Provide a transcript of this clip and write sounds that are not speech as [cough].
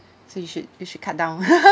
so you should you should cut down [laughs]